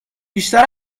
بیشتر